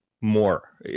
more